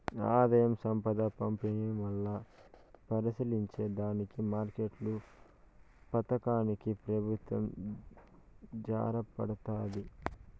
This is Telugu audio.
ఆదాయం, సంపద పంపిణీ, మల్లా పరిశీలించే దానికి మార్కెట్ల పతనానికి పెబుత్వం జారబడతాది